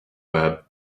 web